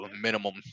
minimum